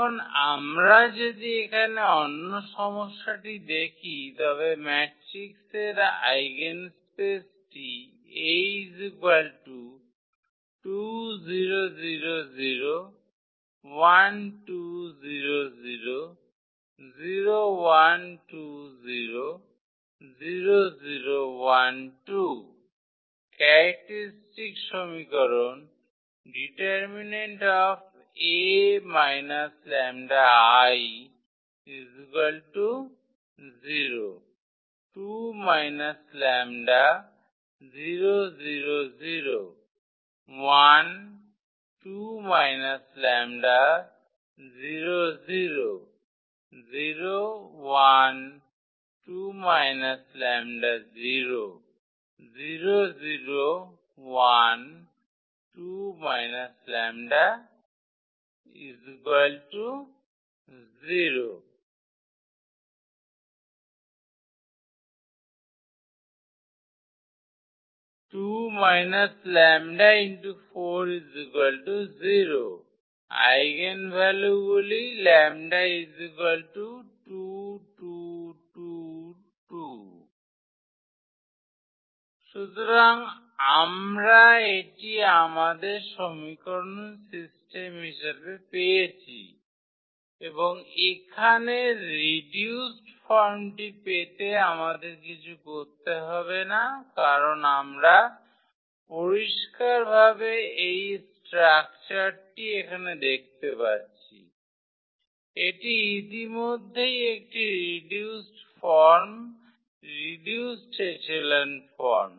এখন আমরা যদি এখানে অন্য সমস্যাটি দেখি তবে ম্যাট্রিক্সের আইগেনস্পেসটি ক্যারেক্টারিস্টিক সমীকরণঃ ⇒ 2 − 𝜆4 0 আইগেনভ্যালুগুলিঃ λ2 2 2 2 সুতরাং আমরা এটি আমাদের সমীকরণ সিস্টেম হিসাবে পেয়েছি এবং এখানে রিডিউসড ফর্মটি পেতে আমাদের কিছু করতে হবে না কারণ আমরা পরিষ্কারভাবে এই স্ট্রাকচারটি এখানে দেখতে পাচ্ছি এটি ইতিমধ্যেই একটি reduced form reduced echelon form